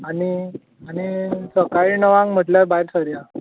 आनी आनी सकाळी णवांक म्हटल्यार भायर सरया